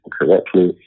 correctly